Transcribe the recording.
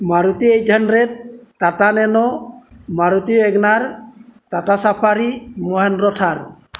Maruti eight hundred Tata Nano Maruti Wagon R Tata Safari Mahindra Thar